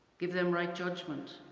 give them right judgment